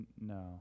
No